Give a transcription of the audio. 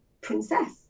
princess